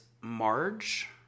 Marge